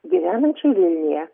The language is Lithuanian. gyvenančią vilniuje